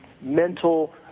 mental